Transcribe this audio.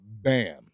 bam